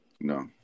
no